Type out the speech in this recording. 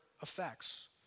effects